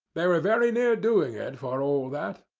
they were very near doing it for all that.